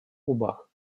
губах